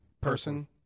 Person